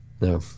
No